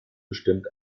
bestimmt